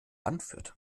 anführt